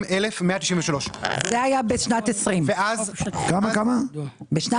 392,193. זה היה בשנת 2020. שנת 2020